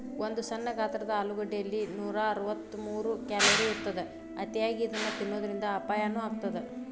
ಒಂದು ಸಣ್ಣ ಗಾತ್ರದ ಆಲೂಗಡ್ಡೆಯಲ್ಲಿ ನೂರಅರವತ್ತಮೂರು ಕ್ಯಾಲೋರಿ ಇರತ್ತದ, ಅತಿಯಾಗಿ ಇದನ್ನ ತಿನ್ನೋದರಿಂದ ಅಪಾಯನು ಆಗತ್ತದ